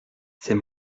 c’est